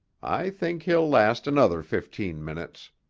i think he'll last another fifteen minutes.